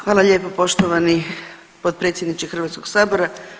Hvala lijepo poštovani potpredsjedničke Hrvatskog sabora.